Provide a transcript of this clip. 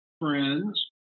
friends